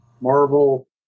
Marvel